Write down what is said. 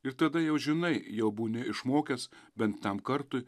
ir tada jau žinai jau būni išmokęs bent tam kartui